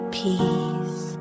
peace